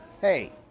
Hey